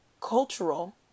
cultural